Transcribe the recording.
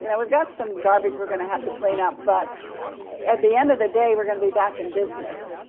and we've got some garbage, we're gonna have to clean up, but at the end of the day, we're gonna be back in business.